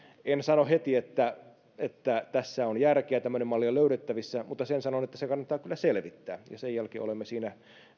en sano heti että että tässä on järkeä tämmöinen malli on löydettävissä mutta sen sanon että asiaa kannattaa kyllä selvittää sen jälkeen olemme siinä